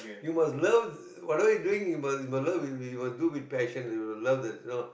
you must love what are you doing you must love with with must do with passion you must love the you know